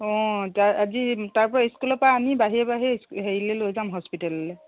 অ যা আজি তাৰপৰা স্কুলৰ পৰা আনি বাহিৰে বাহিৰে হেৰিলৈ লৈ যাম হস্পিটেললৈ